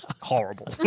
horrible